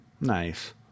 Nice